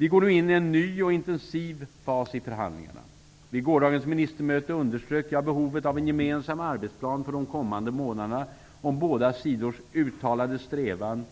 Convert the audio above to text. Vi går nu in i en ny och intensiv fas i förhandlingarna. Vid gårdagens ministermöte underströk jag behovet av en gemensam arbetsplan för de kommande månaderna om båda sidors uttalade strävan